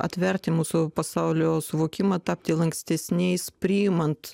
atverti mūsų pasaulio suvokimą tapti lankstesniais priimant